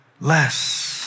less